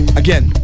again